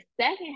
second